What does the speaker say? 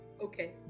Okay